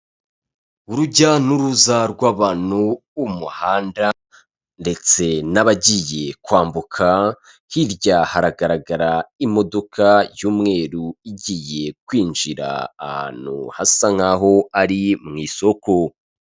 Urujya n'uruza rw'abantu mu muhanda ndetse n'abagiye kwambuka, hirya haragaragara imodoka y'umweru igiye kwinjira ahantu hasa nk'aho ari mu isoko.